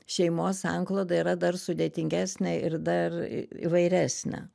šeimos sankloda yra dar sudėtingesnė ir dar įvairesnė